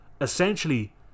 Essentially